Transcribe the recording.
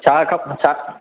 छा खपेव छा